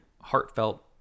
heartfelt